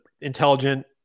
intelligent